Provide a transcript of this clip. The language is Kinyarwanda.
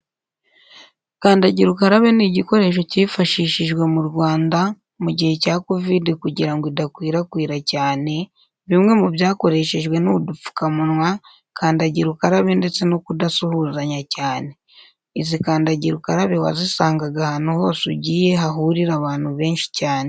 Kandagira ukarabe ni igikoresho cyifashishijwe mu Rwanda mu gihe cya kovidi kugira idakwirakwira cyane, bimwe mu byakoresheje ni udupfukamunwa, kandagira ukarabe ndetse no kudasuhuzanya cyane. Izi kandagira ukarabe wazisangaga ahantu hose ugiye hahurira abantu benshi cyane.